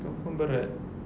confirm berat